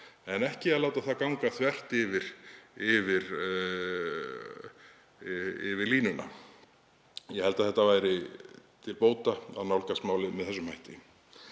en ekki láta það ganga þvert yfir línuna. Ég held að það væri til bóta að nálgast málið með þeim hætti.